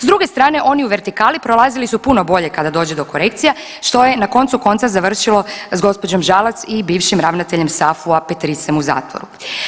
S druge strane oni u vertikali prolazili su puno bolje kada dođe do korekcija, što je na koncu konca završilo s gđom. Žalac i bivšim ravnateljem SAFU-a Petricem u zatvoru.